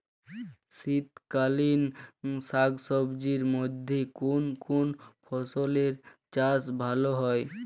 শীতকালীন শাকসবজির মধ্যে কোন কোন ফসলের চাষ ভালো হয়?